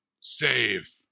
save